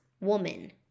woman